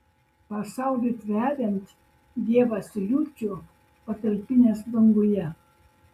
pasaulį tveriant dievas liucių patalpinęs danguje